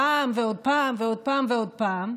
פעם ועוד פעם ועוד פעם ועוד פעם,